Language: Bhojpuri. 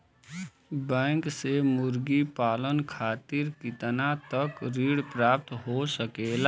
बैंक से मुर्गी पालन खातिर कितना तक ऋण प्राप्त हो सकेला?